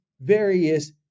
various